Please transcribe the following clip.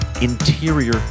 interior